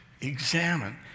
examine